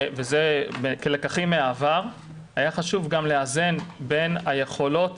וזה כלקח מהעבר, בין היכולות